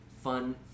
fun